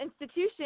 institution